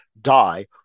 die